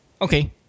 okay